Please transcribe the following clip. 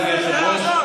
אדוני היושב-ראש,